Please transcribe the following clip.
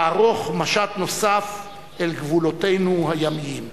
לערוך משט נוסף אל גבולותינו הימיים.